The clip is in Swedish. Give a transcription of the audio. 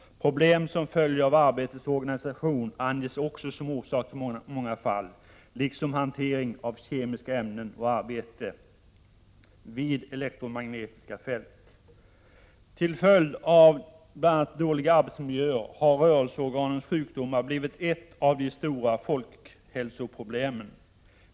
Problem som följer av arbetets organisation anges också som orsak i många fall, liksom hantering av kemiska ämnen och arbete vid elektromagnetiska fält. Till följd av bl.a. dåliga arbetsmiljöer har rörelseorganens sjukdomar blivit ett av de stora folkhälsoproblemen.